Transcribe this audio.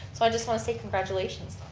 so i just want to say congratulations.